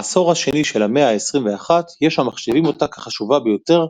בעשור השני של המאה ה-21 יש המחשיבים אותה כחשובה ביותר,